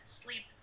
sleep